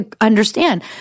understand